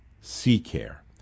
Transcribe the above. C-care